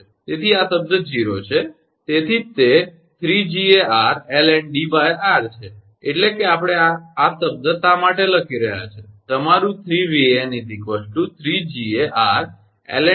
તેથી આ શબ્દ 0 છે તેથી જ તે 3𝐺𝑎𝑟ln𝐷𝑟 છે એટલે કે આપણે આ શા માટે લખી રહ્યા છીએ કે તમારું 3𝑉𝑎𝑛 3𝐺𝑎𝑟ln𝐷𝑟